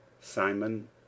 Simon